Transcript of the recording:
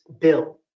bill